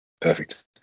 Perfect